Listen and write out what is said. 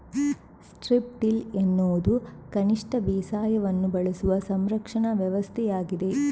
strip till ಎನ್ನುವುದು ಕನಿಷ್ಟ ಬೇಸಾಯವನ್ನು ಬಳಸುವ ಸಂರಕ್ಷಣಾ ವ್ಯವಸ್ಥೆಯಾಗಿದೆ